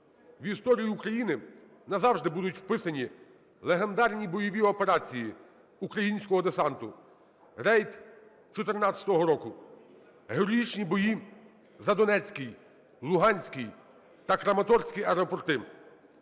В історію України назавжди будуть вписані легендарні бойові операції українського десанту: рейд 14-го року, героїчні бої за Донецький, Луганський та Краматорський аеропорти.